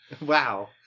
Wow